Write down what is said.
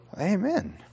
Amen